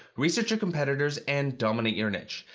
research your competitors and dominate your niche.